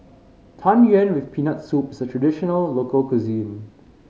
Tang Yuen with Peanut Soup is a traditional local cuisine